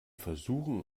versuchen